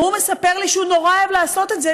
והוא מספר לי שהוא נורא אוהב לעשות את זה.